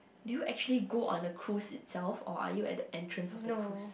do you actually go on the cruise itself or are you at the entrance of the cruise